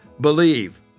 Believe